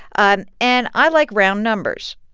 and and i like round numbers,